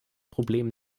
problem